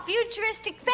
futuristic